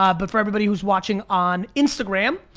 um but for everybody who's watching on instagram,